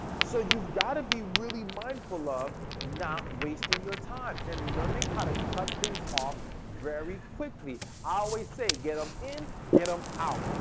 so, you've got to be really mindful of not wasting your time and learning how to cut things off very quickly. i always say get them in, get them out.